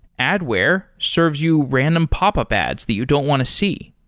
adware serves you random popup ads that you don't want to see.